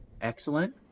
excellent